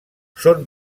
són